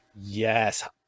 Yes